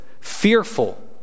fearful